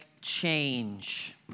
change